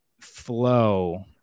flow